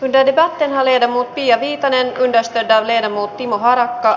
reeta leena mut pia viitanen tästä täyteen ammuttiinko harakka